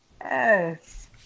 Yes